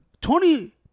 Tony